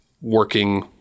working